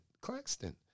Claxton